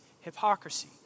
hypocrisy